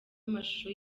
amashusho